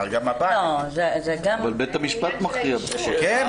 הרי גם הבעל יגיד --- אבל בית המשפט מכריע --- כן,